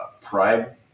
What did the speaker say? pride